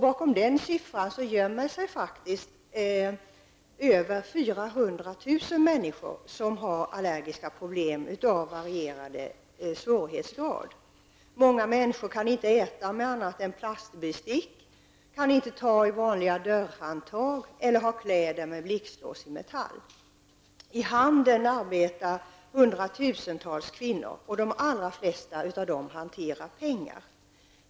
Bakom den siffran gömmer sig faktiskt över Många människor kan inte äta med annat än plastbestick. De kan inte ta i vanliga dörrhandtag, eller ha kläder på sig som har blixtlås i metall. I handeln arbetar hundratusentals kvinnor. De allra flesta av dem hanterar pengar.